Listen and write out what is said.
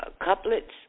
Couplets